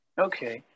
Okay